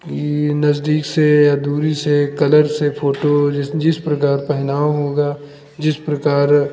कि नज़दीक से या दूरी से कलर से फ़ोटो जिस जिस प्रकार पहनाव होगा जिस प्रकार